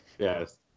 Yes